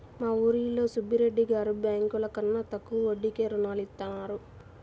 మా ఊరిలో సుబ్బిరెడ్డి గారు బ్యేంకుల కన్నా తక్కువ వడ్డీకే రుణాలనిత్తారు